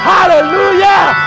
Hallelujah